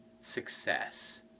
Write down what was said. success